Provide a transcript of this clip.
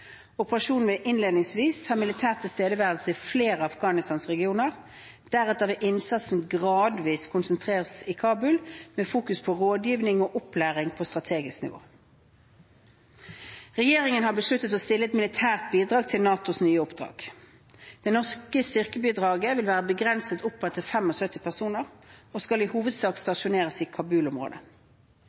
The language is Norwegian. Operasjonen vil innledningsvis ha militær tilstedeværelse i flere av Afghanistans regioner. Deretter vil innsatsen gradvis konsentreres i Kabul med fokus på rådgivning og opplæring på strategisk nivå. Regjeringen har besluttet å stille et militært bidrag til NATOs nye oppdrag. Det norske styrkebidraget vil være begrenset oppad til 75 personer og skal i hovedsak stasjoneres i